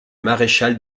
maréchal